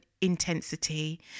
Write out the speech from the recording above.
intensity